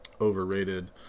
overrated